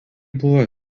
buvo